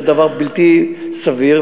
זה דבר בלתי סביר,